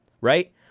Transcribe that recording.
right